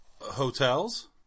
hotels